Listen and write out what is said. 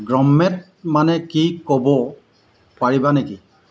grommet মানে কি ক'ব পাৰিবা নেকি